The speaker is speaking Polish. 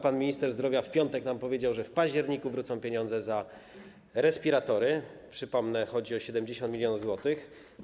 Pan minister zdrowia w piątek nam powiedział, że w październiku wrócą pieniądze za respiratory - przypomnę, chodzi o 70 mln zł.